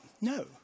No